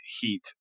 heat